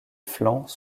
flancs